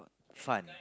fun